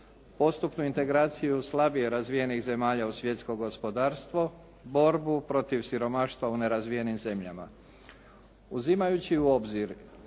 postupnu integraciju slabije razvijenih zemalja u svjetsko gospodarstvo, borbu protiv siromaštva u nerazvijenim zemljama. Uzimajući u obzir